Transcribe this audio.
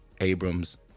Abram's